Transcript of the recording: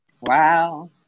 Wow